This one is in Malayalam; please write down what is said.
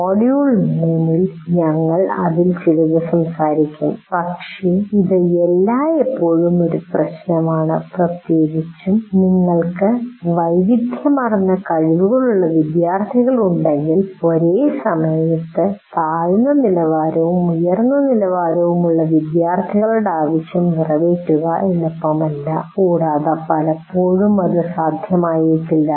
മൊഡ്യൂൾ 3 ൽ ഞങ്ങൾ അതിൽ ചിലത് സംസാരിക്കും പക്ഷേ ഇത് എല്ലായ്പ്പോഴും ഒരു പ്രശ്നമാണ് പ്രത്യേകിച്ചും നിങ്ങൾക്ക് വൈവിധ്യമാർന്ന കഴിവുകളുള്ള വിദ്യാർത്ഥികളുണ്ടെങ്കിൽ ഒരേ സമയത്ത് താഴ്ന്ന നിലവാരവും ഉയർന്ന നിലവാരവും ഉള്ള വിദ്യാർത്ഥികളുടെ ആവശ്യം നിറവേറ്റുക എളുപ്പമല്ല കൂടാതെ പലപ്പോഴും അത് സാധ്യമായേക്കില്ല